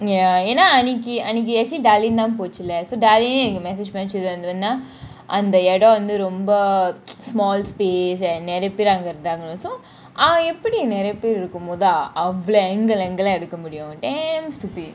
என்ன அன்னிக்கி அன்னிக்கி :enna aniki aniki actually darling தான் பொச்சில டார்லிங் என்னக்கு :darlin thaan pochila darlin ennaku message பனிச்சி என அந்த வேண்டாம் வந்து ரொம்ப :panichi ena antha eadam vanthu romba small space and நெறய பெரு அங்க இருந்தாங்கனு :neraya peru anga irunthanganu so அவன் எப்பிடி நெறய பெரு இருக்கும் போது அவ்ளோ :avan epidi neraya peru irukum bothu avlo angle angle eh எடுக்க முடியும் :yeaduka mudiyum damn stupid